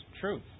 truth